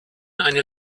eine